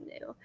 new